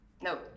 no